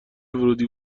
ورودی